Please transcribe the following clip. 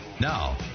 Now